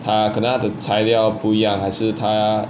它可能它的材料不一样还是它